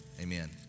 amen